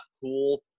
cool –